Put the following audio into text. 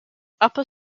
upper